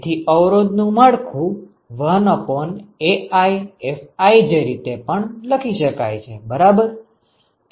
તેથી અવરોધ નું માળખું 1AiFij રીતે પણ લખી શકાય છે બરાબર